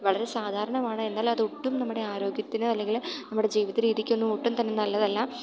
വളരെ സാധാരണമാണ് എന്നാൽ അത് ഒട്ടും നമ്മുടെ ആരോഗ്യത്തിന് അല്ലെങ്കിൽ നമ്മുടെ ജീവിത രീതിക്ക് ഒന്നും ഒട്ടും തന്നെ നല്ലതല്ല